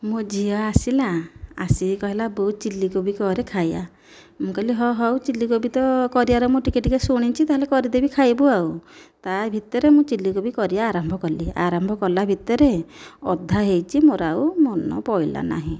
ମୋ ଝିଅ ଆସିଲା ଆସିକି କହିଲା ବୋଉ ଚିଲ୍ଲି କୋବି କରେ ଖାଇବା ମୁଁ କହିଲି ହ ହେଉ ଚିଲ୍ଲି କୋବି ତ କରିବାରେ ମୁଁ ଟିକେ ଟିକେ ଶୁଣିଛି ତାହେଲେ କରିଦେବି ଖାଇବୁ ଆଉ ତା ଭିତରେ ମୁଁ ଚିଲ୍ଲି କୋବି କରିବା ଆରମ୍ଭ କଲି ଆରମ୍ଭ କଲା ଭିତରେ ଅଧା ହେଇଛି ମୋର ଆଉ ମନ ପଇଲା ନାହିଁ